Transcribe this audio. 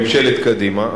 ממשלת קדימה.